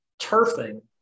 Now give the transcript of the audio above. turfing